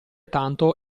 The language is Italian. tanto